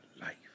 life